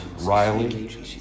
Riley